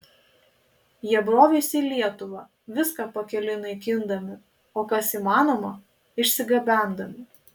jie brovėsi į lietuvą viską pakeliui naikindami o kas įmanoma išsigabendami